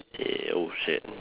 y~ oh shit